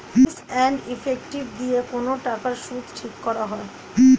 fees and effective দিয়ে কোন টাকার সুদ ঠিক করা হয়